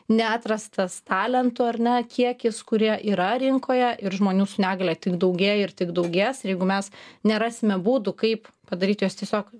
neatrastas talentų ar ne kiekis kurie yra rinkoje ir žmonių su negalia tik daugėja ir tik daugės ir jeigu mes nerasime būdų kaip padaryti juos tiesiog